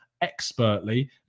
Expertly